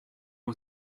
you